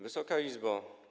Wysoka Izbo!